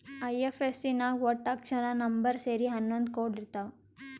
IFSC ನಾಗ್ ವಟ್ಟ ಅಕ್ಷರ, ನಂಬರ್ ಸೇರಿ ಹನ್ನೊಂದ್ ಕೋಡ್ ಇರ್ತಾವ್